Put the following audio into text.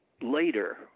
later